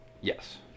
Yes